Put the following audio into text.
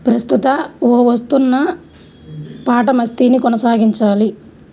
ప్రస్తుత ఓ వస్తున్న పాట మస్తీని కొనసాగించాలి